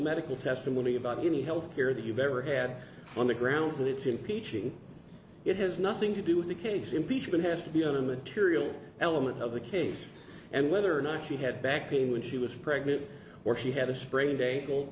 medical testimony about any health care that you've ever had on the grounds that impeaching it has nothing to do with the case impeachment has to be on a material element of the case and whether or not she had back pain when she was pregnant or she had a sprained ankle